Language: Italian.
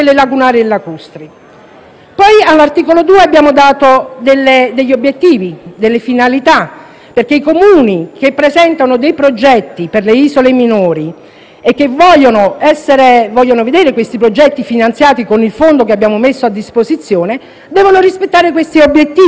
Poi, all'articolo 2, abbiamo indicato determinati obiettivi e finalità, che i Comuni che presentano progetti per le isole minori - e che vogliono vedere questi progetti finanziati con il fondo che abbiamo messo a disposizione - devono rispettare. Gli obiettivi sono vari